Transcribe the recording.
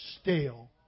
stale